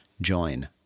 join